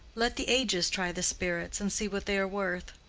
let the ages try the spirits, and see what they are worth?